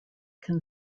can